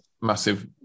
massive